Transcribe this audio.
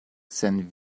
sen